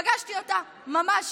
פגשתי אותה, ממש